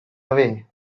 away